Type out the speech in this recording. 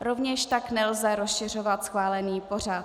Rovněž tak nelze rozšiřovat schválený pořad.